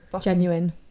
genuine